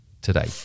today